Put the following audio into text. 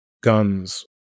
guns